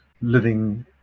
living